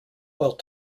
while